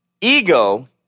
Ego